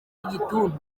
igituntu